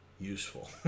useful